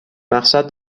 مقصد